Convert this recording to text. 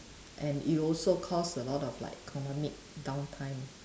and it also cause a lot of like economic downtime